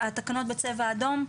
התקנות בצבע אדום,